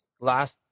last